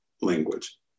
language